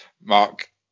Mark